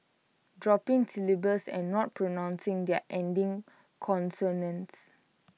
dropping syllables and not pronouncing their ending consonants